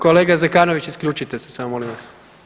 Kolega Zekanović, isključite se samo molim vas.